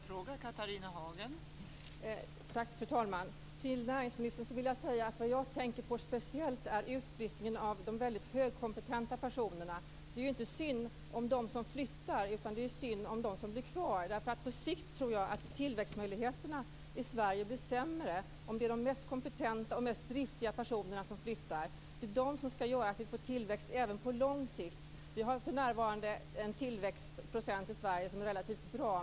Fru talman! Det jag speciellt tänker på är utflyttningen av de mycket högkompetenta personerna. Det är ju inte synd om dem som flyttar, utan det är synd om dem som blir kvar. Jag tror att tillväxtmöjligheterna i Sverige blir sämre på sikt om det är de mest kompetenta och mest driftiga personerna som flyttar. Det är de som skall göra att vi får tillväxt även på lång sikt. För närvarande har vi en tillväxtprocent i Sverige som är relativt bra.